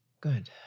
good